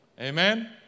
Amen